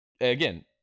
again